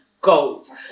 Goals